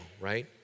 right